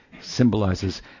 symbolizes